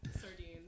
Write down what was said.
Sardines